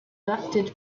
elected